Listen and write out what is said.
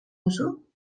duzu